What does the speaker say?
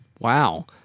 Wow